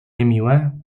niemiłe